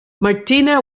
martina